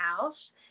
house